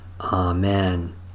Amen